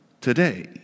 today